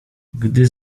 gdy